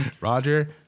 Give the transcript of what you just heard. Roger